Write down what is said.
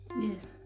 yes